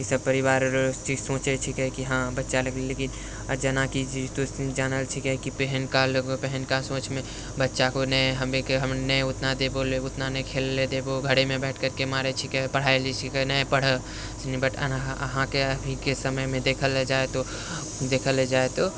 ई सब परिवार अरु से सोचै छिकै कि हाँ बच्चा लेकिन जेनाकि जानल छिकै कि पहिलुका लोक पहिलुका सोचमे बच्चा कोइ नहि हम नहि ओतना देबौ लेबौ ओतना नहि खेलैलए देबौ घरेमे बैठ करिके मारै छिकै पढाइ छिकै नहि पढ़ अहाँके अभीके समयमे देखल जाइ तऽ